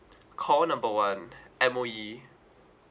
call number one M_O_E